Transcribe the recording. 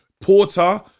Porter